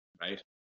right